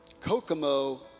Kokomo